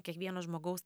kiekvieno žmogaus